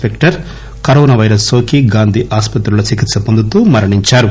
Spectre corona virus నోకి గాంధీ ఆసుపత్రిలో చికిత్స వొందుతూ మరణించారు